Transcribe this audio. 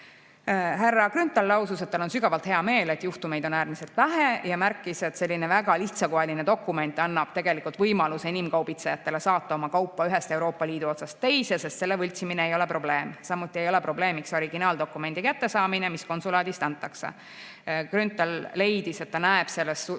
Härra Grünthal lausus, et tal on sügavalt hea meel, et juhtumeid on äärmiselt vähe, ja märkis, et selline väga lihtsakoeline dokument annab tegelikult inimkaubitsejatele võimaluse saata oma kaupa ühest Euroopa Liidu otsast teise, sest selle võltsimine ei ole probleem. Samuti ei ole probleemiks originaaldokumendi kättesaamine, mis konsulaadist antakse. Grünthal leidis, et ta näeb selles